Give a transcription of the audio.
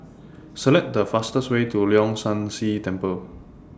Select The fastest Way to Leong San See Temple